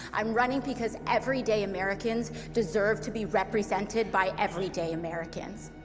i'm running because everyday americans deserve to be represented by everyday americans.